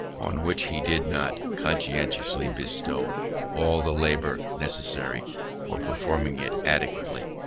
on which he did not conscientiously bestow all the labour necessary for performing it adequately.